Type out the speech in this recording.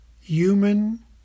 human